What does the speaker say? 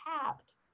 tapped